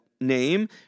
name